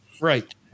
Right